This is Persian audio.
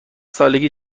سالگی